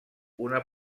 una